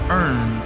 earn